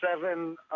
seven